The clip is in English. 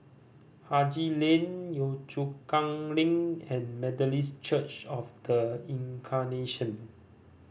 Haji Lane Yio Chu Kang Link and Methodist Church Of The Incarnation